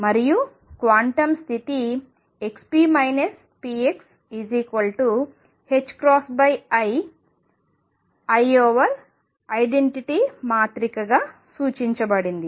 మరియు క్వాంటం స్థితి xp pxi I identity మాత్రికగా సూచించబడింది